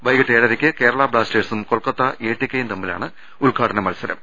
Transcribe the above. വൈകീട്ട് ഏഴരക്ക് കേരളാ ബ്ലാസ്റ്റേഴ്സും കൊൽക്കത്ത എടികെയും തമ്മിലാണ് ഉദ്ഘാടന മത്സരം